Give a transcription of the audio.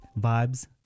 Vibes